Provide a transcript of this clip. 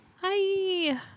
Hi